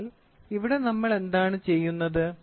അതിനാൽ ഇവിടെ നമ്മൾ എന്താണ് ചെയ്യുന്നത്